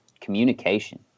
communication